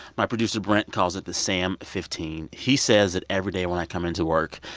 my producer, brent, calls it the sam fifteen. he says that every day when i come into work,